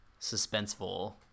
suspenseful